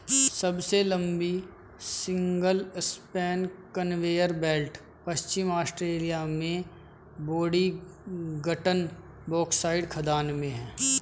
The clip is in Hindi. सबसे लंबी सिंगल स्पैन कन्वेयर बेल्ट पश्चिमी ऑस्ट्रेलिया में बोडिंगटन बॉक्साइट खदान में है